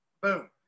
boom